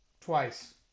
twice